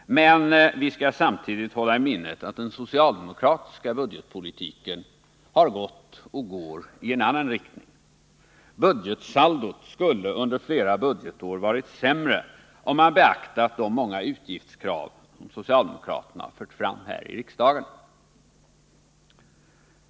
Men vi skall samtidigt hålla i minnet att den socialdemokratiska budgetpolitiken har gått och går i en annan riktning. Budgetsaldot skulle under flera budgetår ha varit sämre, om man beaktat de många utgiftskrav som socialdemokraterna har fört fram här i riksdagen.